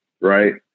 right